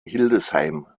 hildesheim